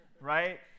right